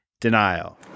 denial